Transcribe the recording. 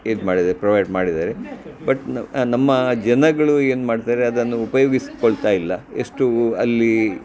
ಇದು ಮಾಡಿದ್ದಾರೆ ಪ್ರೊವೈಡ್ ಮಾಡಿದ್ದಾರೆ ಬಟ್ ನಮ್ಮ ಜನಗಳು ಏನು ಮಾಡ್ತಾರೆ ಅದನ್ನು ಉಪಯೋಗಿಸ್ಕೊಳ್ತಾ ಇಲ್ಲ ಎಷ್ಟು ಅಲ್ಲಿ